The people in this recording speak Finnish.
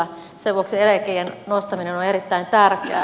sen vuoksi eläkeiän nostaminen on erittäin tärkeää